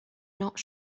not